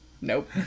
Nope